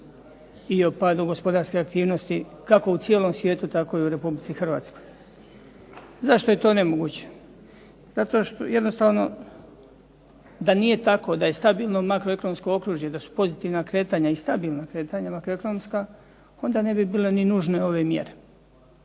i o padu gospodarske aktivnosti, kako u cijelom svijetu tako i u Republici Hrvatskoj. Zašto je to nemoguće? Jednostavno da nije tako, da je stabilno makroekonomsko okružje, da su pozitivna kretanja i stabilna kretanja makroekonomska onda ne bi bile ni nužne ove mjere.